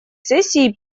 сессии